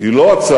היא לא הצד,